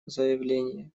заявление